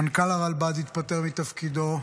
מנכ"ל הרלב"ד התפטר מתפקידו,